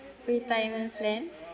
retirement plan